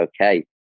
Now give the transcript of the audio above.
Okay